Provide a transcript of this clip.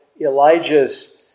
Elijah's